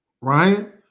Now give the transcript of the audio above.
Right